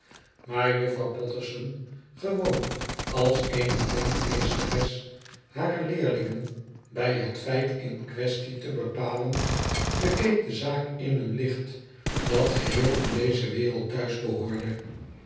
maar juouw potterson gewoon als eene flinke meesteres hare leer lingen bij het feit in quaestie te bepalen bekeek de zaak in een licht dat geheel in deze wereld thuis behoorde